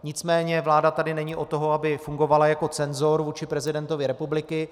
Nicméně vláda tady není od toho, aby fungovala jako cenzor vůči prezidentovi republiky.